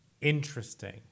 interesting